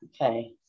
Okay